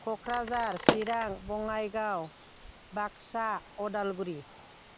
Kokrajhar Chirang Bongaigaon Baksa Udalguri